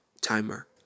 timer